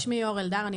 שמי אור אלדר.